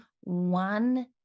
one